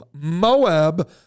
Moab